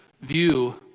view